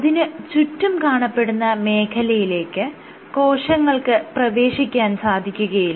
അതിന് ചുറ്റും കാണപ്പെടുന്ന മേഖലയിലേക്ക് കോശങ്ങൾക്ക് പ്രവേശിക്കാൻ സാധിക്കുകയില്ല